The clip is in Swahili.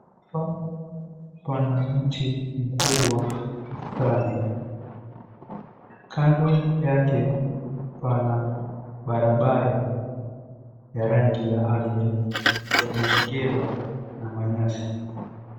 ... pana mti mkubwa sana kando yake pana barabara ya rangi ya ardhi imezingirwa na manyasi.